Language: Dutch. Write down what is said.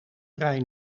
vrij